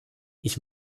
ich